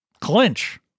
clinch